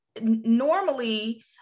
normally